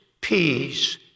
peace